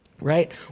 right